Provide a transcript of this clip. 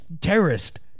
terrorist